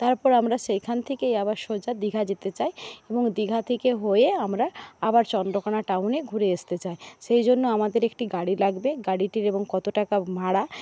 তারপর আমরা সেইখান থেকেই আবার সোজা দীঘা যেতে চাই এবং দীঘা থেকে হয়ে আমরা আবার চন্দ্রকোণা টাউনে ঘুরে আসতে চাই সেই জন্য আমাদের একটি গাড়ি লাগবে গাড়িটির এবং কত টাকা ভাড়া